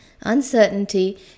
uncertainty